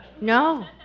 No